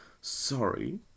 Sorry